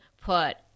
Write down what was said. put